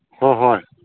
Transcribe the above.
ꯍꯣꯏ ꯍꯣꯏ